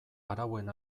arauen